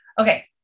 Okay